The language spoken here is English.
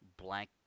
Blank